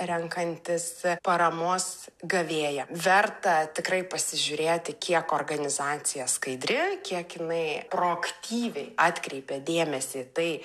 renkantis paramos gavėją verta tikrai pasižiūrėti kiek organizacija skaidri kiek jinai proaktyviai atkreipia dėmesį į tai